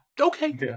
Okay